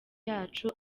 yacu